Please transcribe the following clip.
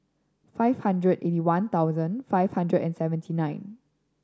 five hundred and eighty one thousand five hundred and seventy nine